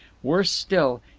worse still,